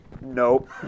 nope